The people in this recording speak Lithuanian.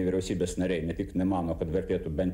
vyriausybės nariai ne tik nemano kad vertėtų bent